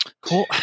Cool